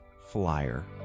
Flyer